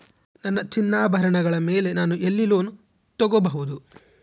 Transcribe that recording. ನನ್ನ ಚಿನ್ನಾಭರಣಗಳ ಮೇಲೆ ನಾನು ಎಲ್ಲಿ ಲೋನ್ ತೊಗೊಬಹುದು?